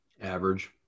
Average